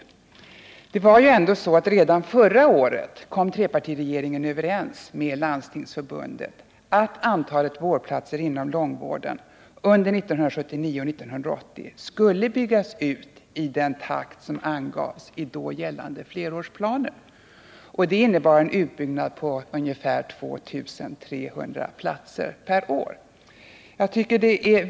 Redan förra året kom ju trepartiregeringen överens med Landstingsförbundet om att antalet vårdplatser inom långvården under 1979 och 1980 skulle byggas ut i den takt som angavs i då gällande flerårsplaner. Det innebar en utbyggnad med ungefär 2 300 vårdplatser per år.